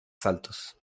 saltos